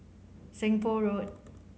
Seng Poh Road